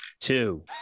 Two